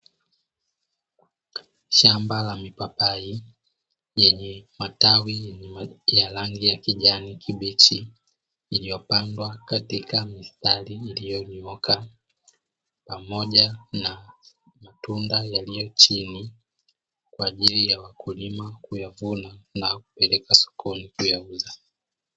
Shamba la mipapai yenye matawi yenye rangi ya kijani kibichi iliyopandwa katika mistari ilionyooka pamoja na matunda yaliyo chini kwa ajili ya wakulima kuyavuna na kupeleka sokoni kuyauza.